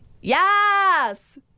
Yes